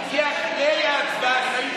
הגיע אחרי ההצבעה,